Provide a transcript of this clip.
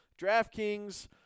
DraftKings